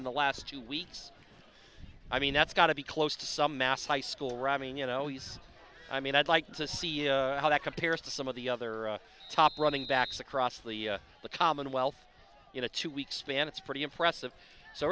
in the last two weeks i mean that's got to be close to some mass high school rhyming you know he's i mean i'd like to see how that compares to some of the other top running backs across the commonwealth in a two week span it's pretty impressive so